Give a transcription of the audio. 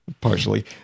partially